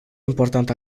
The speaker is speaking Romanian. importantă